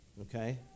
Okay